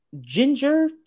Ginger